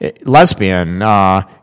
lesbian